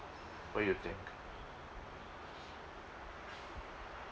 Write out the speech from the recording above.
what you think